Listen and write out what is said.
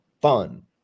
fun